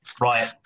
right